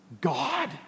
God